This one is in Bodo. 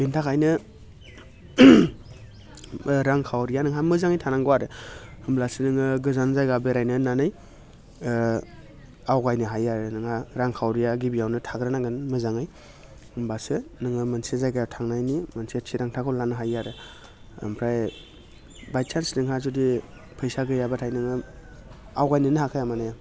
बिनि थाखायनो रां खावरिया नोंहा मोजाङै थानांगौ आरो होनब्लासो नोङो गोजान जायगा बेरायनो होननानै आवगायनो हायो आरो नोंहा रां खावरिया गिबियावनो थाग्रोनांगोन मोजाङै होनब्लासो नोङो मोनसे जायगायाव थांनायनि मोनसे थिरांथाखौ लानो हायो आरो आमफ्राय बायसानस नोंहा जुदि फैसा गैयाब्लाथाय नोङो आवगायनोनो हाखाया माने